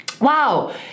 wow